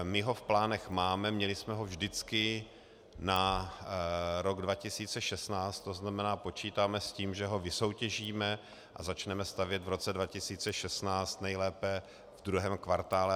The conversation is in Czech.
My ho v plánech máme, měli jsme ho vždycky na rok 2016, to znamená, počítáme s tím, že ho vysoutěžíme a začneme stavět v roce 2016, nejlépe ve druhém kvartálu.